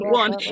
one